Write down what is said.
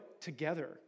together